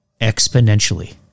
exponentially